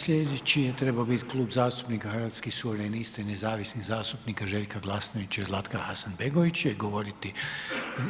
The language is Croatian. Slijedeći je trebo bit Klub zastupnika Hrvatskih suverenista i nezavisnih zastupnika Željka Glasnovića i Zlatka Hasanbegovića i govoriti